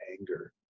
anger